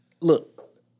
look